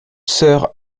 sœurs